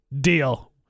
Deal